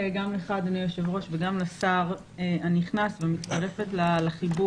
גם לך אדוני היושב ראש וגם לשר הנכנס ומצטרפת לחיבוק